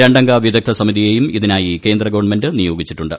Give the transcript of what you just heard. രണ്ടംഗ വിദഗ്ദ്ധ സമിതിയേയും ഇതിനായി കേന്ദ്ര ഗവൺമെന്റ് നിയോഗിച്ചിട്ടുണ്ട്